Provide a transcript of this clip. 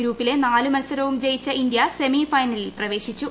ഗ്രൂപ്പിലെ നാല് മത്സരവും ജയിച്ച ഇന്ത്യ സെമി ഫൈനലിൽ പ്രവേശിച്ചു